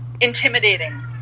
intimidating